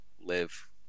live